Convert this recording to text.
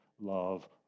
love